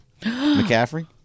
McCaffrey